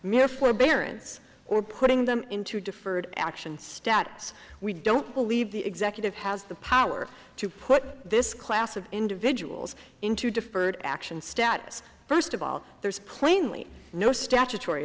mere forbearance or putting them into deferred action status we don't believe the executive has the power to put this class of individuals into deferred action status first of all there's plainly no statutory